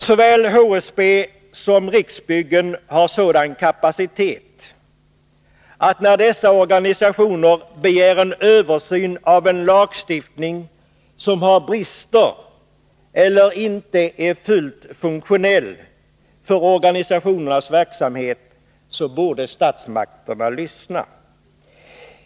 Såväl HSB som Riksbyggen har sådan kapacitet, att när dessa organisationer begär en översyn av en lagstiftning som har brister och inte är fullt funktionell för organisationernas verksamhet, så borde statsmakterna lyssna.